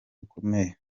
bukomeye